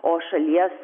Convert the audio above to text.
o šalies